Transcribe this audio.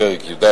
ופרק י"ד,